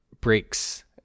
Breaks